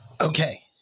Okay